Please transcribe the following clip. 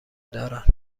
دارن